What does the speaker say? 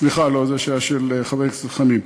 סליחה, לא, זו שאלה של חבר הכנסת חנין.